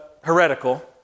heretical